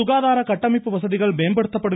சுகாதார கட்டமைப்பு வசதிகள் மேம்படுத்தப்படும்